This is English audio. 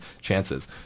chances